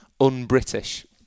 un-British